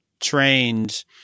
trained